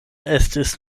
estis